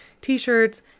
t-shirts